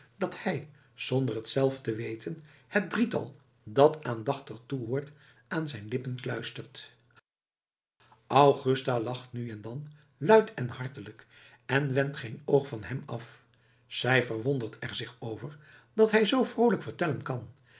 dat hij zonder t zelf te weten het drietal dat aandachtig toehoort aan zijn lippen kluistert augusta lacht nu en dan luid en hartelijk en wendt geen oog van hem af zij verwondert er zich over dat hij zoo vroolijk vertellen kan